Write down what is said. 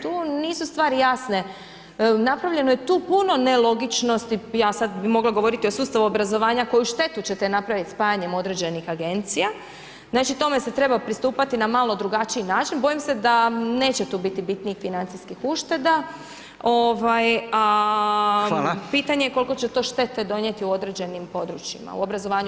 Tu nisu stvari jasne, napravljeno je tu puno nelogičnosti, ja sad bi mogla govoriti o sustavu obrazovanja, koju štetu ćete napraviti spajanjem određenih agencija, znači, tome se treba pristupati na malo drugačiji način, bojim se da neće tu biti bitnijih financijskih ušteda, a pitanje je koliko će to štete donijeti u određenim područjima, u obrazovanju